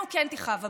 לנו כן תכאב הבטן.